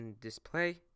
display